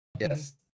Yes